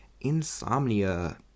Insomnia